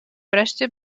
wreszcie